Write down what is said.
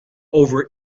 over